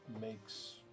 makes